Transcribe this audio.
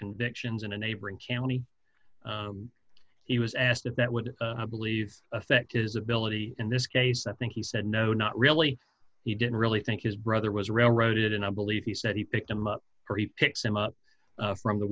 convictions in a neighboring county he was asked if that would believe affect his ability in this case i think he said no not really he didn't really think his brother was railroaded and i believe he said he picked them up or he picks them up from the